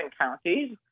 counties